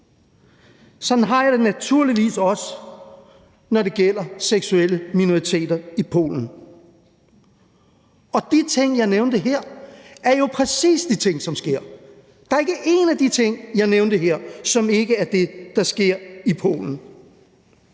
sådan har jeg det naturligvis også, når det gælder seksuelle minoriteter i Polen, og de ting, som jeg har nævnt her, er jo præcis de ting, som sker. Der er ikke én af de ting, som jeg har nævnt her, som ikke er det, der sker i Polen.